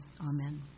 Amen